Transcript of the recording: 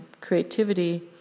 creativity